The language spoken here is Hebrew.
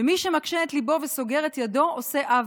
ומי שמקשה את ליבו וסוגר את ידו עושה עוול,